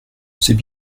c’est